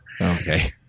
Okay